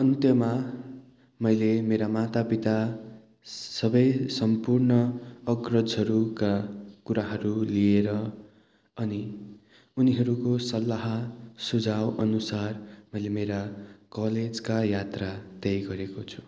अन्त्यमा मैले मेरा माता पिता सबै सम्पूर्ण अग्रजहरूका कुराहरू लिएर अनि उनीहरूको सल्लाह सुझाउअनुसार मैले मेरा कलेजका यात्रा तय गरेको छु